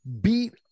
beat